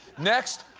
next,